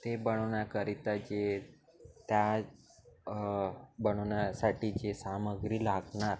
ते बनवण्याकरिता जे त्या बनवण्यासाठी जे सामग्री लागणार